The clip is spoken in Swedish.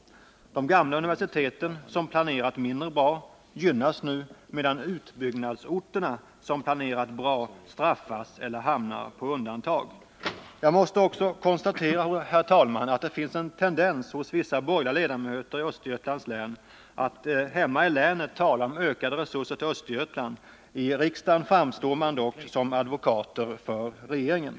De gamla universiteten, som planerat mindre bra, gynnas nu, medan utbyggnadsorterna, som planerat väl, straffas eller hamnar på undantag. Jag måste också, herr talman, konstatera att det finns en tendens hos vissa borgerliga ledamöter i Östergötlands län att hemma i länet tala om ökade resurser till Östergötland, men att de i riksdagen ändå framstår som advokater för regeringen.